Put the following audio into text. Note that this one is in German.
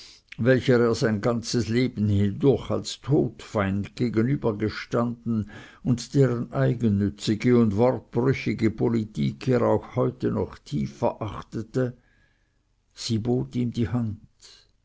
welcher er sein ganzes leben hindurch als todfeind gegenüber gestanden und deren eigennützige und wortbrüchige politik er auch heute noch tief verachtete sie bot ihm die hand